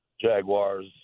Jaguars